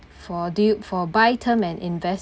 for deal for buy term and invest